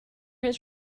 his